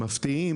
מפתיעים,